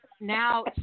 now